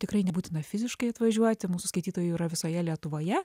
tikrai nebūtina fiziškai atvažiuoti mūsų skaitytojų yra visoje lietuvoje